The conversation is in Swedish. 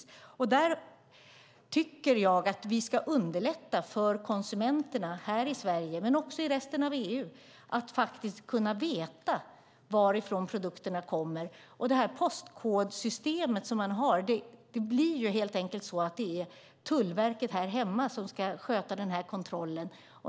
Där tycker jag att vi ska underlätta för konsumenterna här i Sverige och i resten av EU att kunna veta varifrån produkterna kommer. Det postkodssystem som man har innebär att det är Tullverket här hemma som ska sköta kontrollen.